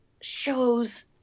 shows